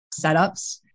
setups